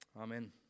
Amen